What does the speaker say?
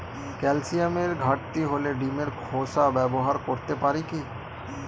ক্যালসিয়ামের ঘাটতি হলে ডিমের খোসা ব্যবহার করতে পারি কি?